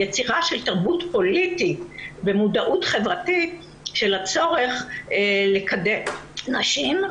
יצירה של תרבות פוליטית ומודעות חברתית של הצורך לקדם נשים.